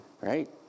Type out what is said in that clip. Right